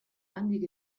handik